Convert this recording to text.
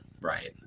Right